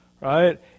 Right